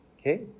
Okay